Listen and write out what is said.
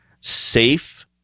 safe